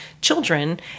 children